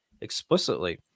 explicitly